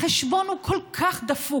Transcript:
החשבון הוא כל כך דפוק,